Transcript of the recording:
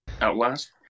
outlast